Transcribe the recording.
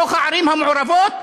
בתוך הערים המעורבות,